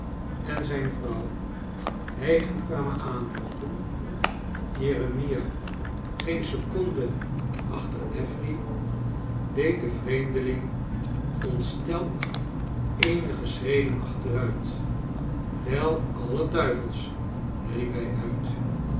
en zijne vrouw hijgend kwamen aanloopen jeremia geen seconde achter affery deed de vreemdeling ontsteld eenige schreden achteruit wel alle duivels riep hij uit